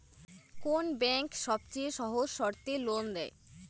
কোন ব্যাংক সবচেয়ে সহজ শর্তে লোন দেয়?